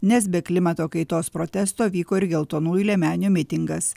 nes be klimato kaitos protesto vyko ir geltonųjų liemenių mitingas